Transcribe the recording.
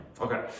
Okay